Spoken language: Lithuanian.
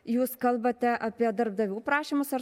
jūs kalbate apie darbdavių prašymus ar